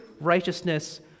righteousness